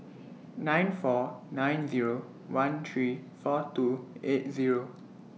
nine four nine Zero one three four two eight Zero